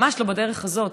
ממש לא בדרך הזאת.